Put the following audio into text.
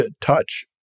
touch